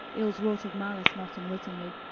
ills wrought of malice, not unwittingly.